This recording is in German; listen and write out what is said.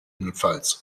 ggf